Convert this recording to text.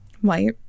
White